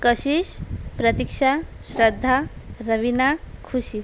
Kashish Pratiksha Shraddha Raveena Khushi